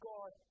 God